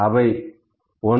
அவை 1